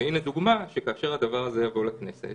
הינה דוגמה שכאשר הדבר הזה יבוא לכנסת